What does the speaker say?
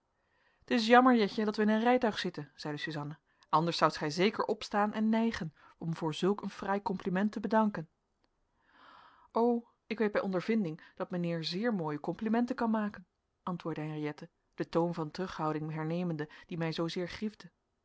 t is jammer jetje dat wij in een rijtuig zitten zeide suzanna anders zoudt gij zeker opstaan en nijgen om voor zulk een fraai compliment te bedanken o ik weet bij ondervinding dat mijnheer zeer mooie complimenten kan maken antwoordde henriëtte den toon van terughouding hernemende die mij zoozeer griefde